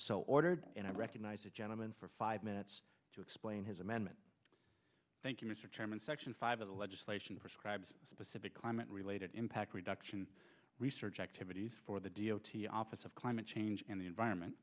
so ordered and i recognize a gentleman for five minutes to explain his amendment thank you mr chairman section five of the legislation prescribes specific climate related impact reduction research activities for the d o t office of climate change and the environment